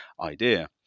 idea